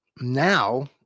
now